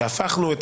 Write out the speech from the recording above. כשהפכנו את